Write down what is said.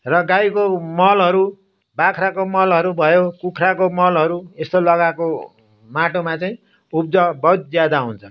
र गाईको मलहरू बाख्राको मलहरू भयो कुखुराको मलहरू यस्तो लगाएको माटोमा चाहिँ उब्जाउ बहुत ज्यादा हुन्छ